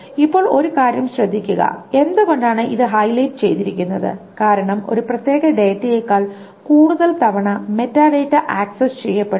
ഇപ്പോൾ ഒരു കാര്യം ശ്രദ്ധിക്കുക എന്തുകൊണ്ടാണ് ഇത് ഹൈലൈറ്റ് ചെയ്തിരിക്കുന്നത് കാരണം ഒരു പ്രത്യേക ഡാറ്റയേക്കാൾ കൂടുതൽ തവണ മെറ്റാഡാറ്റ ആക്സസ് ചെയ്യപ്പെടുന്നു